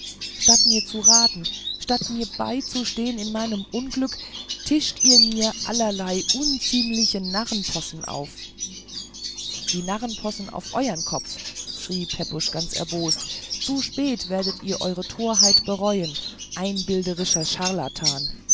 statt mir zu raten statt mir beizustehen in meinem unglück tischt ihr mir allerlei unziemliche narrenspossen auf die narrenspossen auf euern kopf schrie pepusch ganz erbost zu spät werdet ihr eure torheit bereuen einbildischer charlatan